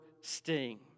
sting